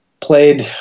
played